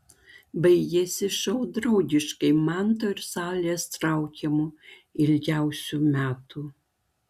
baigėsi šou draugiškai manto ir salės traukiamu ilgiausių metų